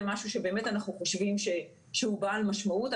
משהו שבאמת אנחנו חושבים שהוא בעל משמעות.